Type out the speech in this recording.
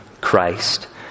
Christ